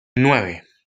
nueve